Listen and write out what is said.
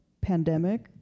pandemic